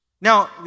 Now